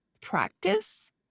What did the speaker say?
practice